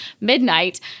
midnight